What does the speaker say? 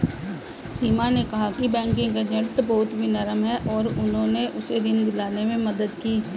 सीमा ने कहा कि बैंकिंग एजेंट बहुत विनम्र हैं और उन्होंने उसे ऋण दिलाने में मदद की